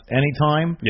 anytime